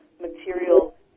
material